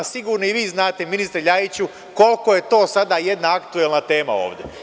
Sigurno i vi znate gospodine Ljajiću koliko je to sada jedna aktuelna tema ovde.